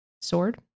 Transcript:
sword